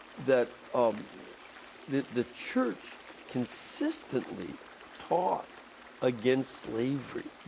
that um that the church consistently taught against slavery.